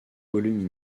volumes